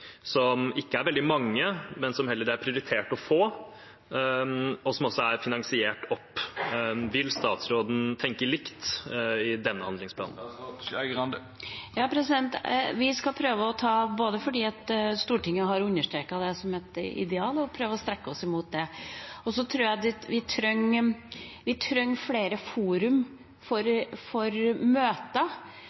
som ikke er veldig mange, men som er prioritert. De er også finansiert opp. Vil statsråden tenke likt i arbeidet med denne handlingsplanen? Ja, vi skal prøve på det. Stortinget har understreket det som et ideal, og vi skal prøve å strekke oss mot det. Vi trenger flere fora for møter